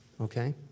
okay